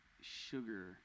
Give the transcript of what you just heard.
sugar